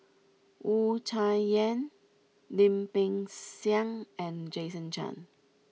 Wu Tsai Yen Lim Peng Siang and Jason Chan